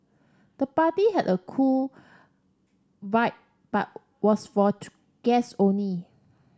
the party had a cool vibe but was for guests only